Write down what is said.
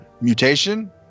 mutation